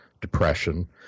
depression